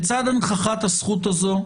בצד הנכחת הזכות הזאת,